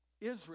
Israel